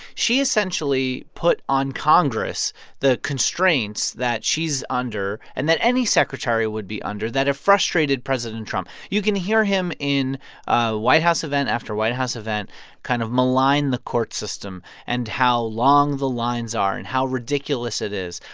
she essentially put on congress the constraints that she's under and that any secretary would be under that have frustrated president trump. you can hear him in ah white house event after white house event kind of malign the court system and how long the lines are and how ridiculous it is.